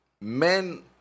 men